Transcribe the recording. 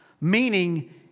Meaning